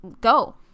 go